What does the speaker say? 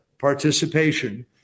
participation